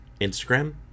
Instagram